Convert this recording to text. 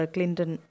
Clinton